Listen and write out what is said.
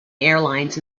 airlines